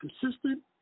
consistent